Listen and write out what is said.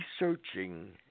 researching